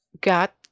got